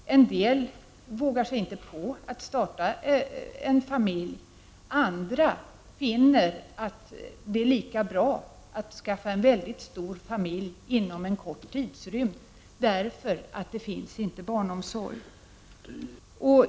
En del vågar sig inte på att starta en familj, andra finner att det är lika bra att skaffa en väldigt stor familj inom en kort tidsrymd därför att det inte finns någon barnomsorg.